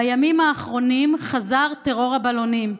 בימים האחרונים חזר טרור הבלונים.